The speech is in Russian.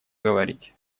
говорить